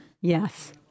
Yes